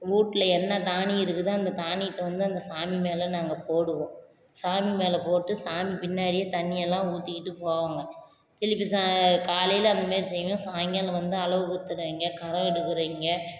வீட்ல என்ன தானியம் இருக்குதோ அந்த தானியத்தை வந்து அந்த சாமி மேல் நாங்கள் போடுவோம் சாமி மேல் போட்டு சாமி பின்னாடியே தண்ணி எல்லாம் ஊற்றிக்கிட்டு போவோங்க திருப்பி சா காலையில் அந்தமாரி செய்வோம் சாயங்காலம் வந்தால் அலகு குத்துறவங்க கரகம் எடுக்குறவங்க